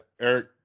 Eric